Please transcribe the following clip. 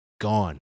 gone